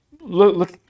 look